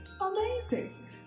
Amazing